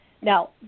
Now